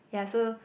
yeah so